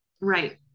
right